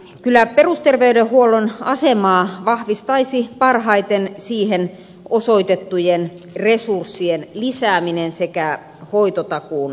kyllä perusterveydenhuollon asemaa vahvistaisi parhaiten siihen osoitettujen resurssien lisääminen sekä hoitotakuun vahvistaminen